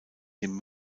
dem